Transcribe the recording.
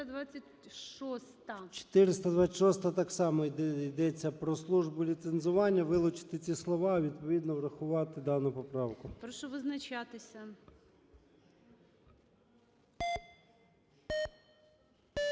426-а, так само йдеться про Службу ліцензування. Вилучити ці слова, а відповідно врахувати дану поправку. ГОЛОВУЮЧИЙ. Прошу визначатися.